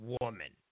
woman